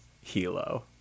Hilo